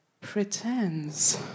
pretends